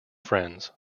friends